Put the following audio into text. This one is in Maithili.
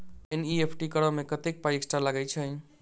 एन.ई.एफ.टी करऽ मे कत्तेक पाई एक्स्ट्रा लागई छई?